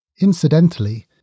Incidentally